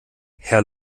herr